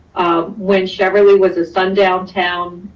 when cheverly was a sundown town,